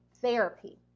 therapy